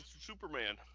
Superman